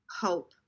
hope